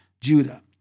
Judah